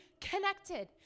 connected